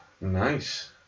Nice